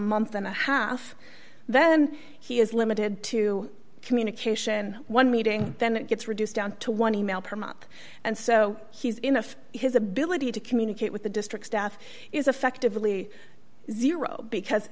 month and a half then he is limited to communication one meeting then it gets reduced down to one email per month and so he's in if his ability to communicate with the district staff is effectively zero